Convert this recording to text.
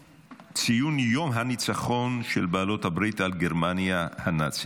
ציון יום הניצחון של בעלות הברית על גרמניה הנאצית.